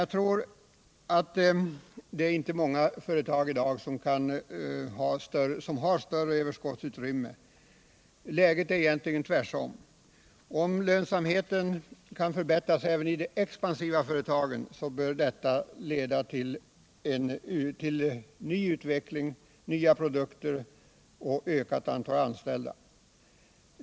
Jag tror emellertid inte att det i dag finns många företag som har något större överskottsutrymme. Förhållandet torde vara det motsatta. Om lönsamheten förbättras även i de expansiva företagen bör detta leda till utveckling, nya produkter, utvidgning och ett ökat antal anställda.